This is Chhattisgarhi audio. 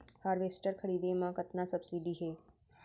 हारवेस्टर खरीदे म कतना सब्सिडी हे?